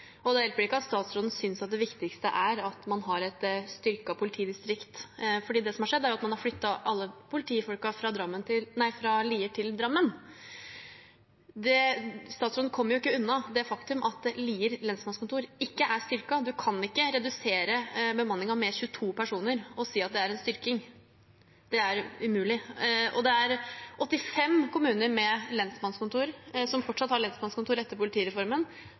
reelt. Da hjelper det ikke at statsråden synes at det viktigste er at man har et styrket politidistrikt, for det som har skjedd, er jo at man har flyttet alle politifolkene fra Lier til Drammen. Statsråden kommer ikke unna det faktum at Lier lensmannskontor ikke er styrket. Man kan ikke redusere bemanningen med 22 personer og si at det er en styrking. Det er umulig. Det er 85 kommuner – som fortsatt har lensmannskontor etter politireformen